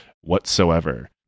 whatsoever